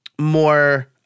more